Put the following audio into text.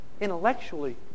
intellectually